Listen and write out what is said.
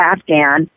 Afghan